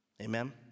Amen